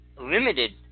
Limited